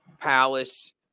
Palace